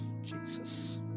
Jesus